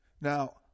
Now